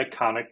iconic